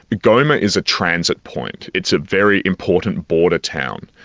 but goma is a transit point. it's a very important border town.